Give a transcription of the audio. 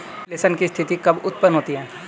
Reflation की स्थिति कब उत्पन्न होती है?